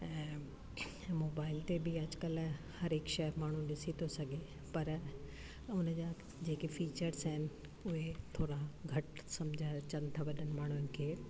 ऐं मोबाइल ते बि अॼुकल्ह हर हिकु शइ माण्हू ॾिसी थो सघे पर उन जा जेके फीचर्स आहिनि उहे थोरा घटि सम्झ अचनि था वॾनि माण्हुनि खे